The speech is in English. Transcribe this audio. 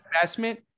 investment